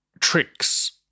tricks